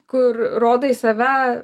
kur rodai save